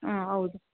ಆಂ ಹೌದು